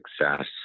success